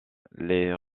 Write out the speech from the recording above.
les